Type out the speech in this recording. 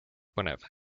põnev